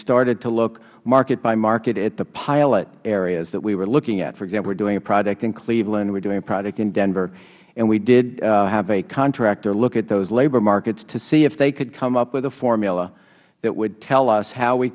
started to look market by market at the pilot areas that we were looking at for example we were doing a project in cleveland we were doing a project in denver and we did have a contractor look at those labor markets to see if they could come up with a formula that would tell us how we